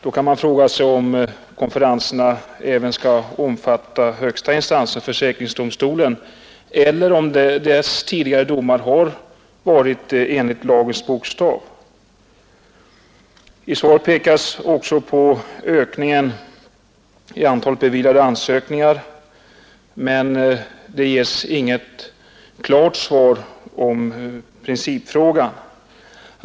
Då kan man fråga sig om konferenserna även skall omfatta den högsta instansen, försäkringsdomstolen, eller om dess tidigare domar har varit enligt lagens bokstav. I svaret pekas också på ökningen av antalet beviljade förtidspensioner, men det ges inget klart besked i principfrågan.